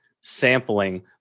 sampling